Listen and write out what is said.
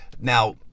Now